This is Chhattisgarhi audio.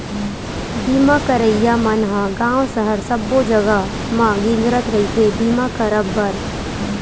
बीमा करइया मन ह गाँव सहर सब्बो जगा म गिंजरत रहिथे बीमा करब बर